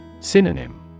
Synonym